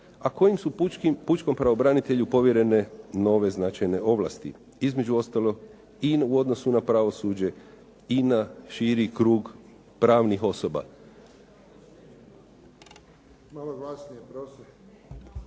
a kojim su pučkom pravobranitelju povjerene nove značajne ovlasti. Između ostaloga i u odnosu na pravosuđe i na širi krug pravnih osoba.